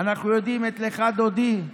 אנחנו מכירים את "לכה דודי"